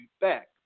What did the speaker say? back